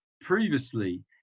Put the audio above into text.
previously